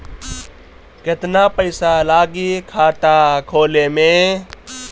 केतना पइसा लागी खाता खोले में?